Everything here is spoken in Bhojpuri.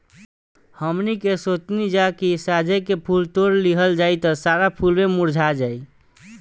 हमनी के सोचनी जा की साझे के फूल तोड़ लिहल जाइ त सारा फुलवे मुरझा जाइ